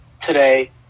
today